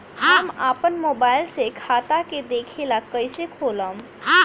हम आपन मोबाइल से खाता के देखेला कइसे खोलम?